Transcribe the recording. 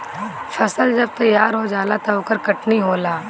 फसल जब तैयार हो जाला त ओकर कटनी होला